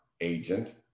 agent